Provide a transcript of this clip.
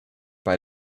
bei